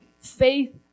Faith